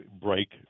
break